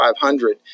500